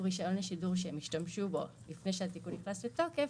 רישיון לשידור שהם השתמשו בו לפני שהתיקון נכנס לתוקף,